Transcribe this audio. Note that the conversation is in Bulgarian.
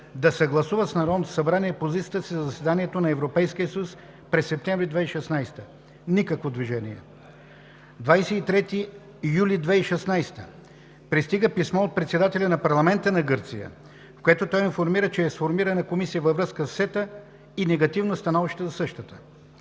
да съгласува с Народното събрание позицията си за заседанието на Европейския съюз през септември 2016 г. Никакво движение! На 23 юли 2016 г. пристига писмо от председателя на парламента на Гърция, в което той информира, че е сформирана Комисия във връзка със СЕТА и негативно становище за същата.